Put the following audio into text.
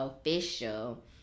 official